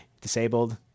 disabled